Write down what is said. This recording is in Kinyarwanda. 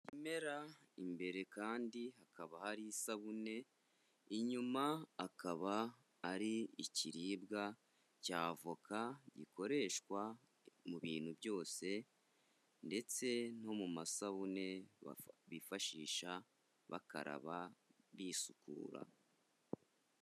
Ibimera imbere kandi hakaba hari isabune, inyuma akaba ari ikiribwa cya avoka gikoreshwa mu bintu byose ndetse no mu masabune bifashisha bakaraba bisukura.